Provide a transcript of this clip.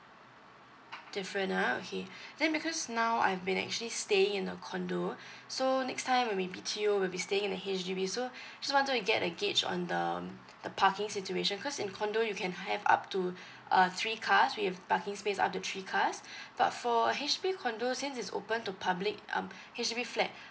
different ah okay then because now I've been actually stay in a condo so next time when we B_T_O we'll be staying in a H_D_B so so wanted to get a gauge on the the parking situation cause in condo you can have up to uh three cars with parking space up to three cars but for H_D_B condo since it's open to public um H_D_B flat